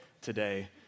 today